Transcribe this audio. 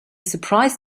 surprise